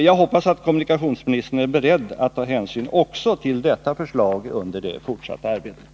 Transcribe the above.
Jag hoppas att kommunikationsministern är beredd att ta hänsyn också till detta förslag under det fortsatta arbetet.